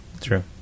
True